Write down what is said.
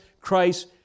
Christ